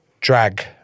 Drag